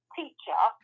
teacher